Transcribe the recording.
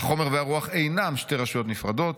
'החומר והרוח אינם שתי רשויות נפרדות.